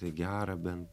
tai gera bent